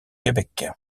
québec